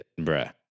Bruh